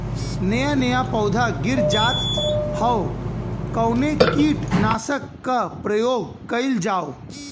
नया नया पौधा गिर जात हव कवने कीट नाशक क प्रयोग कइल जाव?